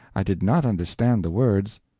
i did not understand the words,